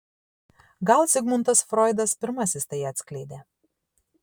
gal zigmundas froidas pirmasis tai atskleidė